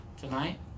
tonight